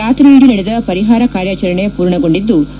ರಾತ್ರಿಯಿಡೀ ನಡೆದ ಪರಿಹಾರ ಕಾರ್ಯಾಚರಣೆ ಪೂರ್ಣಗೊಂಡಿದ್ಲು